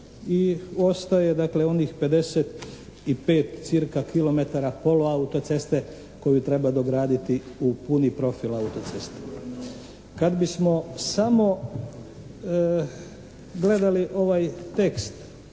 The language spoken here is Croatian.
cirka kilometara poluautoceste koju treba dograditi u puni profil autoceste. Kad bismo samo gledali ovaj tekst